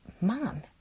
mom